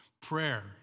Prayer